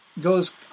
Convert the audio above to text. goes